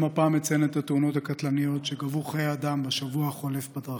גם הפעם אציין את התאונות הקטלניות שגבו חיי אדם בשבוע החולף בדרכים: